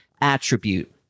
attribute